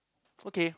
okay